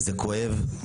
זה כואב.